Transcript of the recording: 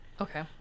Okay